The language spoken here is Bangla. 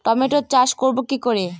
টমেটোর চাষ করব কি করে?